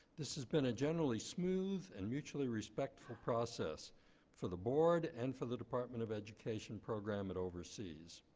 this has been a generally smooth and mutually respectful process for the board, and for the department of education program it oversees.